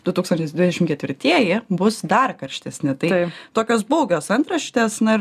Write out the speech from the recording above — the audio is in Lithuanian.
du tūkstančiais dvidešimt ketvirtieji bus dar karštesni tai tokios baugios antraštės na ir